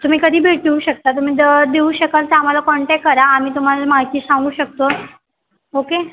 तुम्ही कधी भेटू शकता तुम्ही जर देऊ शकाल तर आम्हाला कॉन्टॅक करा आम्ही तुम्हाला माहिती सांगू शकतो ओके